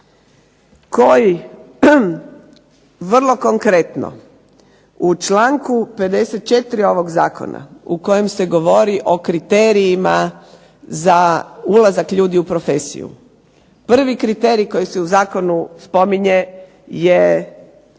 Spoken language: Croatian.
koji vrlo konkretno u članku 54. ovog zakona u kojem se govori o kriterijima za ulazak ljudi u profesiju. Prvi kriterij koji se u zakonu spominje je